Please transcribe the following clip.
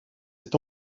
est